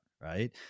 right